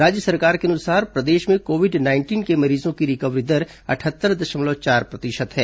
राज्य सरकार के अनुसार प्रदेश में कोविड नाइंटीन के मरीजों की रिकवरी दर अटहत्तर दशमलव चार प्रतिशत है